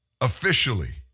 officially